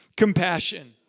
compassion